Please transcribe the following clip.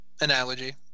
analogy